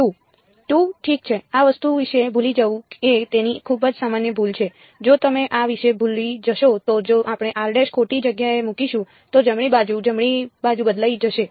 2 ઠીક છે આ વસ્તુ વિશે ભૂલી જવું એ તેની ખૂબ જ સામાન્ય ભૂલ છે જો તમે આ વિશે ભૂલી જશો તો જો આપણે ખોટી જગ્યાએ મૂકીશું તો જમણી બાજુ જમણી બાજુ બદલાઈ જશે